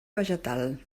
vegetal